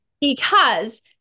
Because-